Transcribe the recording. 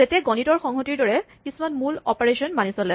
ছেটে গণিতৰ সংহতিৰ দৰে কিছুমান মূল অপাৰেচন মানি চলে